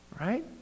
right